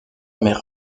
mère